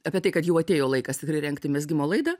apie tai kad jau atėjo laikas tikrai rengti mezgimo laidą